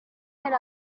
itera